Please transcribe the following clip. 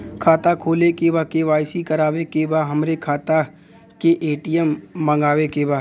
खाता खोले के बा के.वाइ.सी करावे के बा हमरे खाता के ए.टी.एम मगावे के बा?